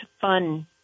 fun